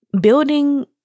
building